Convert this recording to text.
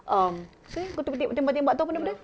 um apa dia kau tem~ tembak-tembak itu apa nama dia